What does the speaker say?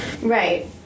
Right